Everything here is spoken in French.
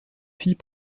fille